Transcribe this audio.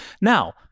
Now